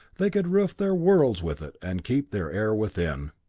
they could roof their worlds with it and keep their air within!